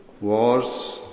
Wars